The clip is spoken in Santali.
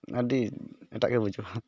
ᱟᱹᱰᱤ ᱮᱴᱟᱜ ᱜᱮ ᱵᱩᱡᱩᱜᱼᱟ